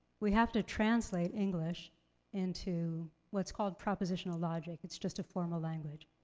we have to translate english into what's called propositional logic. it's just a formal language.